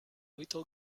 little